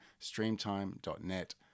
Streamtime.net